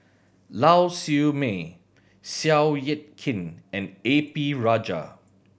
Lau Siew Mei Seow Yit Kin and A P Rajah